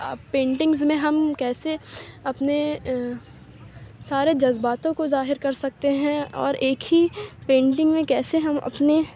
آ paintings میں ہم کیسے اپنے سارے جذباتوں کو ظاہر کر سکتے ہیں اور ایک ہی پینٹنگ میں کیسے ہم اپنے